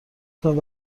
کنید